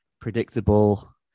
predictable